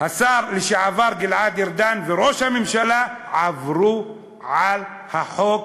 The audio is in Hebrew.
השר לשעבר גלעד ארדן וראש הממשלה עברו על החוק,